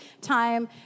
time